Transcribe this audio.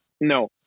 No